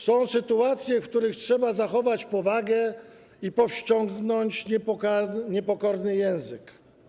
Są sytuacje, w których trzeba zachować powagę i powściągnąć niepokorny język.